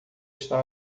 está